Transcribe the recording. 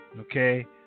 Okay